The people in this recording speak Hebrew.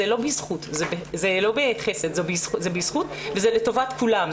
זה לא בחסד, זה בזכות, וזה לטובת כולם.